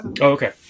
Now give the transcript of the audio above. Okay